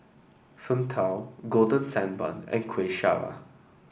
Png Tao Golden Sand Bun and Kuih Syara